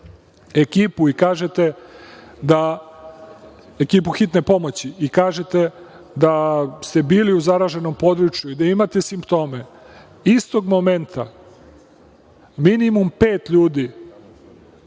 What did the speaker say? ekipu Hitne pomoći i kažete da ste bili u zaraženom području i da imate simptome, istog momenta minimum pet ljudi